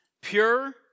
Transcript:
pure